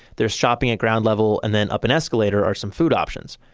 there's shopping at ground level and then up an escalator are some food options,